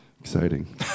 Exciting